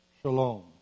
Shalom